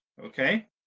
Okay